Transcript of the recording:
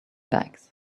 backs